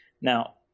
now